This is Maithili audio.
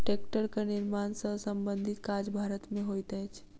टेक्टरक निर्माण सॅ संबंधित काज भारत मे होइत अछि